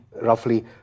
roughly